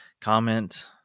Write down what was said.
comment